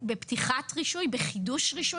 בפתיחת רישוי, בחידוש רישוי.